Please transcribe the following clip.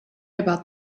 about